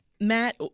Matt